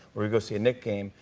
where we go see a knick game,